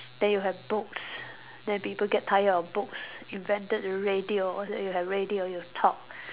then you have books then people get tired of books invented the radio then you have radio you talk